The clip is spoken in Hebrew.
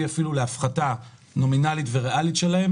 אפילו להפחתה נומינלית וריאלית שלהם,